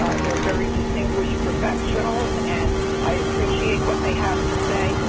ah they're very distinguished professionals, and i appreciate what they have to say,